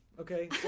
Okay